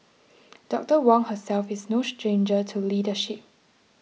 Doctor Wong herself is no stranger to leadership